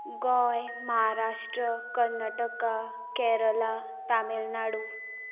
Goa Maharashtra Karnataka Kerala Tamil Nadu